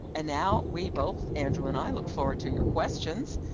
and now we both, andrew and i, look forward to your questions,